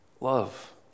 Love